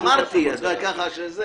שאלת האם מדובר בכאלה שמתחמקים מתשלום